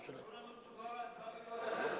כתוב לנו: תשובה והצבעה במועד אחר.